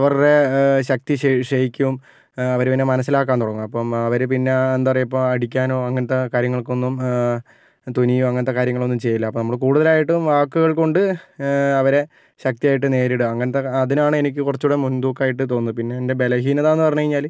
അവരുടെ ശക്തി ക്ഷ ക്ഷയിക്കും അവര് പിന്നെ മനസ്സിലാക്കാൻ തുടങ്ങും അപ്പം അവര് പിന്നെ എന്താ പറയുക ഇപ്പോൾ അടിക്കാനോ അങ്ങനത്തെ കാര്യങ്ങൾക്കൊന്നും തുനിയുവോ അങ്ങനത്തെ കാര്യങ്ങൾ ഒന്നും ചെയ്യില്ല അപ്പം നമ്മള് കൂടുതലായിട്ടും വാക്കുകൾ കൊണ്ട് അവരെ ശക്തിയായിട്ട് നേരിടുക അങ്ങനത്തെ അതിനാണ് എനിക്ക് കുറച്ചും കൂടെ മുൻതൂക്കമായിട്ട് തോന്നുന്നത് പിന്നെ എൻ്റെ ബലഹീനത എന്ന് പറഞ്ഞ് കഴിഞ്ഞാല്